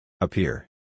Appear